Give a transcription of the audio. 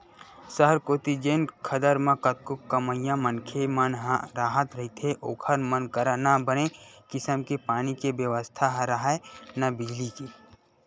सहर कोती जेन खदर म कतको कमइया मनखे मन ह राहत रहिथे ओखर मन करा न बने किसम के पानी के बेवस्था राहय, न बिजली के